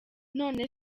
none